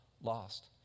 lost